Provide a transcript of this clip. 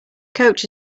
coach